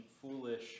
foolish